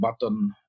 Button